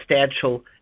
substantial